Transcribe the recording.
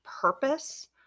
purpose